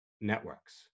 networks